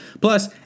Plus